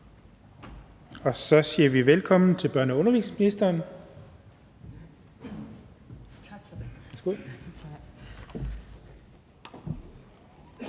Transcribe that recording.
Og så siger vi velkommen til børne- og undervisningsministeren.